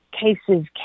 cases